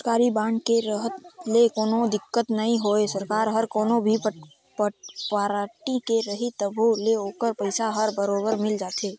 सरकारी बांड के रहत ले कोनो दिक्कत नई होवे सरकार हर कोनो भी पारटी के रही तभो ले ओखर पइसा हर बरोबर मिल जाथे